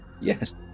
Yes